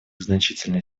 значительной